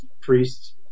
priests